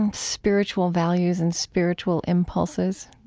um spiritual values and spiritual impulses.